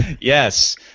Yes